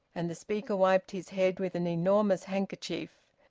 and the speaker wiped his head with an enormous handkerchief.